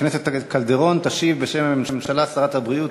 הממשלתיות.